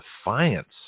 defiance